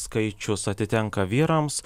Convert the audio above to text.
skaičius atitenka vyrams